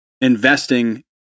investing